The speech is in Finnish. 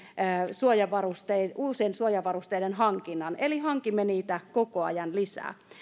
suojavarusteiden uusien suojavarusteiden hankinnan eli hankimme niitä koko ajan lisää